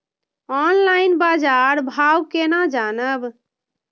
Online बाजार भाव केना जानब?